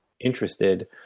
interested